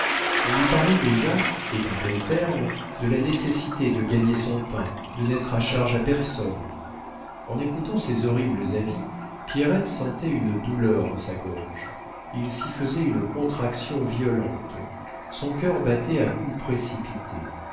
on lui parlait déjà et dans quels termes de la nécessité de gagner son pain de n'être à charge à personne en écoutant ces horribles avis pierrette sentait une douleur dans sa gorge il s'y faisait une contraction violente son cœur battait à coups précipités